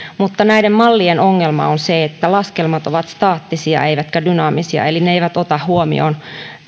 mutta näiden mallien ongelma on se että laskelmat ovat staattisia eivätkä dynaamisia eli ne eivät ota huomioon